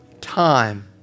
time